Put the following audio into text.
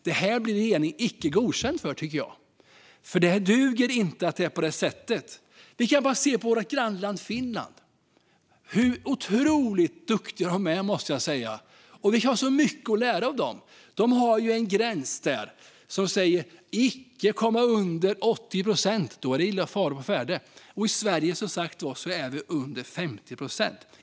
Det här tycker jag att regeringen blir icke godkänd för, för det duger inte att det är på det sättet. Vi kan bara se på vårt grannland Finland och hur otroligt duktiga de är där. Vi har så mycket att lära av dem. De har en gräns som säger att man icke ska komma under 80 procent, för då är det fara å färde, och i Sverige ligger vi som sagt under 50 procent.